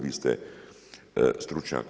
Vi ste stručnjak.